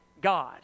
God